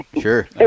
sure